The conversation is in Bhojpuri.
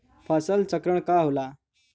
फसल चक्रण का होला?